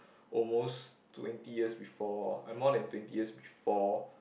almost twenty years before uh more than twenty years before